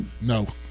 No